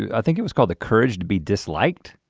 i think it was called the courage to be disliked.